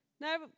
no